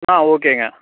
ஆ ஓகேங்க